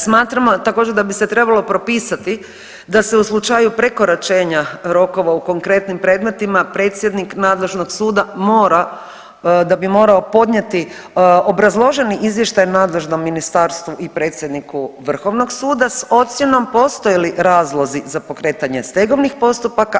Smatramo također da bi se trebalo propisati da se u slučaju prekoračenja rokova u konkretnim predmetima predsjednik nadležnog suda mora, da bi morao podnijeti obrazloženi izvještaj nadležnom ministarstvu i predsjedniku Vrhovnog suda sa ocjenom postoje li razlozi za pokretanje stegovnih postupaka.